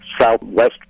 southwest